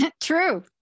true